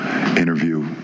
interview